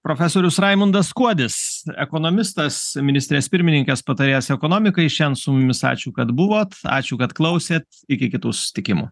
profesorius raimundas kuodis ekonomistas ministrės pirmininkės patarėjas ekonomikai šian su jumis ačiū kad buvot ačiū kad klausėt iki kitų susitikimų